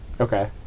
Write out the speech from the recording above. Okay